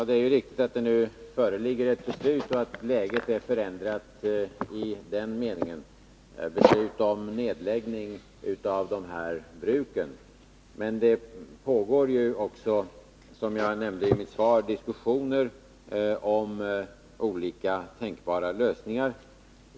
Herr talman! Det är riktigt att det nu föreligger beslut om nedläggning av de båda bruken och att läget därför är förändrat. Som jag nämnde i mitt svar pågår emellertid diskussioner om olika lösningar.